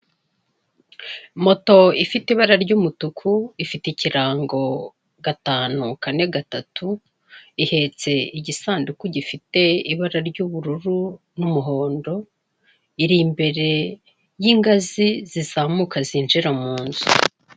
Moto ifite ibara ry'umutuku ifite ikirango gatanu kane gatatu, ihetse igisanduku gifite ibara ry'ubururu n'umuhondo iri imbere y'ingazi zizamuka zinjira mu nzu.